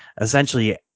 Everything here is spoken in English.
essentially